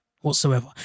Whatsoever